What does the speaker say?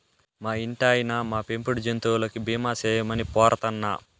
మా ఇంటాయినా, మా పెంపుడు జంతువులకి బీమా సేయమని పోరతన్నా